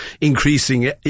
increasing